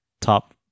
top